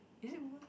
is it Google